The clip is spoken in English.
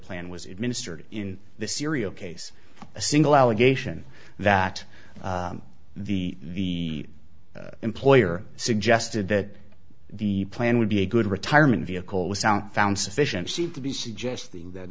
plan was administered in the serial case a single allegation that the employer suggested that the plan would be a good retirement vehicle was sound found sufficient seemed to be suggesting that